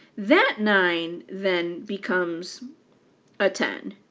that nine then becomes a ten,